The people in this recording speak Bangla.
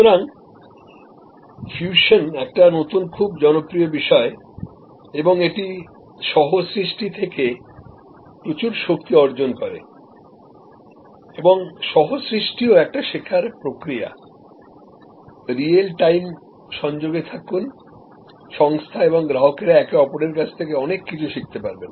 সুতরাং ফিউশন একটি নতুন খুব জনপ্রিয় বিষয় এবং এটি সহ সৃষ্টি থেকে প্রচুর শক্তি অর্জন করে এবং সহ সৃষ্টিও একটি শেখার প্রক্রিয়া রিয়েল টাইম সংযোগে থাকুন সংস্থা এবং গ্রাহকরা একে অপরের কাছ থেকে অনেক কিছু শিখতে পারবেন